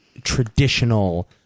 traditional